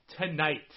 tonight